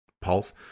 pulse